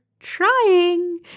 Trying